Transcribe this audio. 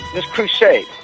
this crusade,